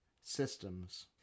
systems